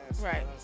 Right